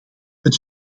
het